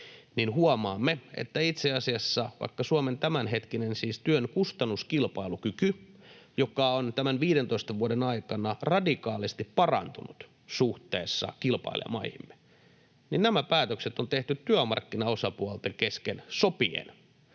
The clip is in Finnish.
niin huomaamme, että itse asiassa, huolimatta Suomen tämänhetkisestä työn kustannuskilpailukyvystä, joka on tämän 15 vuoden aikana radikaalisti parantunut suhteessa kilpailijamaihimme, nämä päätökset on tehty työmarkkinaosapuolten kesken sopien: